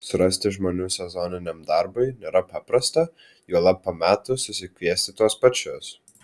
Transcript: surasti žmonių sezoniniam darbui nėra paprasta juolab po metų susikviesti tuos pačius